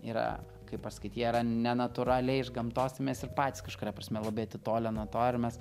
yra kaip pasakyt jie yra nenatūraliai iš gamtos mes ir patys kažkuria prasme labai atitolę nuo to ir mes